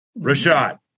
Rashad